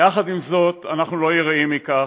יחד עם זה, אנחנו לא יראים מכך,